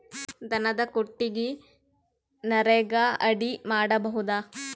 ದನದ ಕೊಟ್ಟಿಗಿ ನರೆಗಾ ಅಡಿ ಮಾಡಬಹುದಾ?